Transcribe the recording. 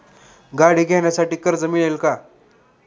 गाडी घेण्यासाठी कर्ज मिळेल का?